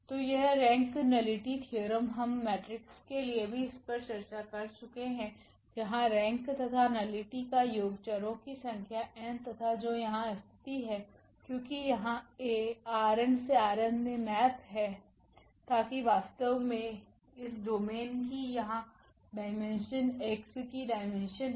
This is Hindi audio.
तो यह रैंक नलिटी थ्योरम हम मेट्रिक्स के लिए भी चर्चा कर चुके है जहां रैंक तथा नलिटी का योग चरो की संख्या n तथा जो यहाँ स्थिति है क्योंकि यहाँ 𝐴ℝn से ℝm मे मेप हैताकि वास्तव में इस डोमेन की यहाँ डाईमेन्शन X की डाईमेन्शन है